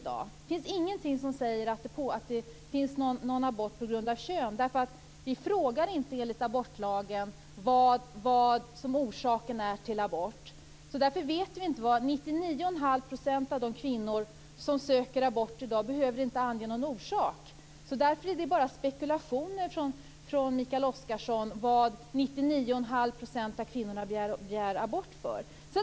Det finns ingenting som säger att det görs aborter på grund av kön. Vi frågar inte enligt abortlagen vad orsaken är till abort. 99 1⁄2 % av de kvinnor som söker abort i dag behöver inte ange någon orsak. Därför är det bara spekulationer från Mikael Oscarsson vad 99 1⁄2 % av kvinnorna begär bort för.